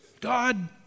God